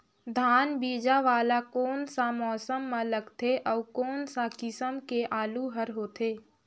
धान बीजा वाला कोन सा मौसम म लगथे अउ कोन सा किसम के आलू हर होथे?